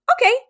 okay